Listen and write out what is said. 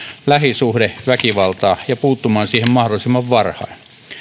lähisuhdeväkivaltaa ja puuttumaan siihen mahdollisimman varhain